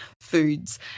foods